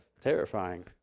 terrifying